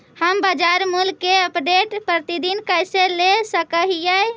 हम बाजार मूल्य के अपडेट, प्रतिदिन कैसे ले सक हिय?